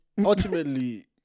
ultimately